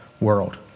world